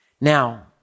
Now